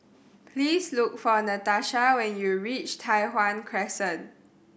please look for Natasha when you reach Tai Hwan Crescent